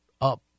up